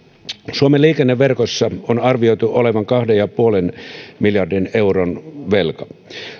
suomen liikenneverkossa on arvioitu olevan kahden pilkku viiden miljardin euron velka